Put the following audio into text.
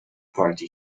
party